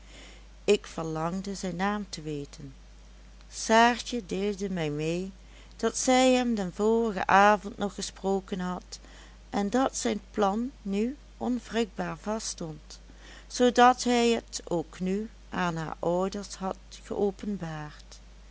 ik verlangde zijn naam te weten saartje deelde mij mee dat zij hem den vorigen avond nog gesproken had en dat zijn plan nu onwrikbaar vaststond zoodat hij het ook nu aan haar ouders had